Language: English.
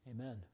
Amen